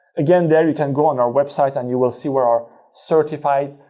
again, there, you can go on our website and you will see where our certified